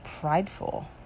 prideful